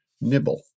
nibble